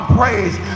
praise